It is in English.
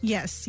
Yes